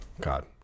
God